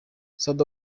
soudy